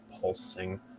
pulsing